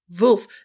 Wolf